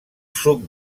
suc